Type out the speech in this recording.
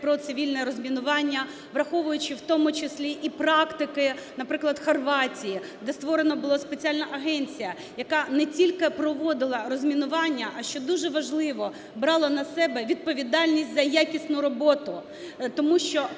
про цивільне розмінування, враховуючи в тому числі і практики, наприклад, Хорватії, де створена була спеціальна агенція, яка не тільки проводила розмінування, а, що дуже важливо, брала на себе відповідальність за якісну роботу. Тому що